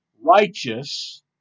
Righteous